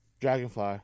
Dragonfly